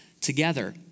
together